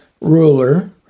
ruler